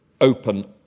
open